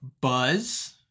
Buzz